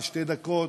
שתי דקות,